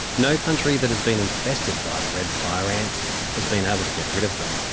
no country that has been infested by red fire ants has been able to get rid of them.